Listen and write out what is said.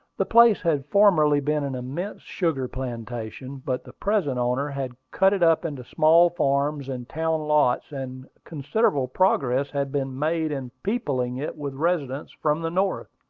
the place had formerly been an immense sugar plantation but the present owner had cut it up into small farms and town lots, and considerable progress had been made in peopling it with residents from the north.